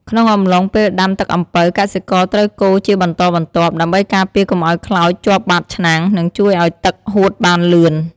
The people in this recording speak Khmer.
ក្នុងអំឡុងពេលដាំទឹកអំពៅ កសិករត្រូវកូរជាបន្តបន្ទាប់ ដើម្បីការពារកុំឱ្យខ្លោចជាប់បាតឆ្នាំង និងជួយឱ្យទឹកហួតបានលឿន។